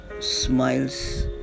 smiles